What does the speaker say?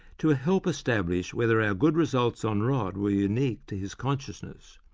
to help establish whether our good results on rod were unique to his consciousness,